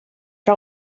que